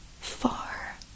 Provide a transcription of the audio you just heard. far